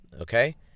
Okay